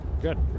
Good